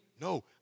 No